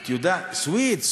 סוִיד.